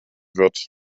wird